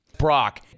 Brock